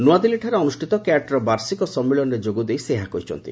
ନୂଆଦିଲ୍ଲୀଠାରେ ଅନୁଷ୍ଠିତ କ୍ୟାଟ୍ର ବାର୍ଷିକ ସମ୍ମିଳନୀରେ ଯୋଗଦେଇ ସେ ଏହା କହିଛନ୍ତି